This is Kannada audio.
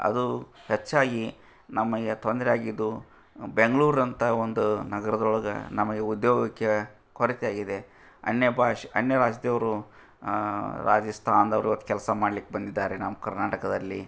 ಅದು ಹೆಚ್ಚಾಗಿ ನಮಗೆ ತೊಂದರೆಯಾಗಿದ್ದು ಬೆಂಗ್ಳೂರ್ನಂಥ ಒಂದು ನಗರದೊಳ್ಗೆ ನಮಗೆ ಉದ್ಯೋಗಕ್ಕೆ ಕೊರತೆಯಾಗಿದೆ ಅನ್ಯ ಭಾಷೆ ಅನ್ಯ ರಾಜ್ಯ್ದವರು ರಾಜಸ್ಥಾನದವ್ರು ಕೆಲಸ ಮಾಡ್ಲಿಕ್ಕೆ ಬಂದಿದ್ದಾರೆ ನಮ್ಮ ಕರ್ನಾಟಕದಲ್ಲಿ